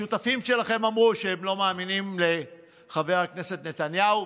השותפים שלכם אמרו שהם לא מאמינים לחבר הכנסת נתניהו,